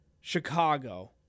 Chicago